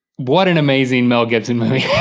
what an amazing mel gibson movie.